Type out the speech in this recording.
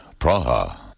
Praha